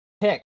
pick